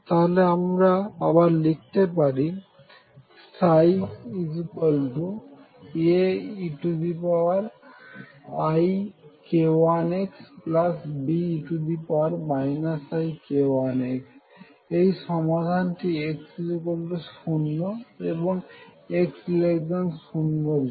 তাহলে আমরা আবার লিখতে পারি xAeik1xBe ik1x এই সমাধানটি x0 এবং x0 এর জন্য